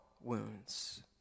wounds